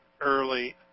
early